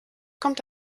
kommt